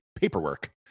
paperwork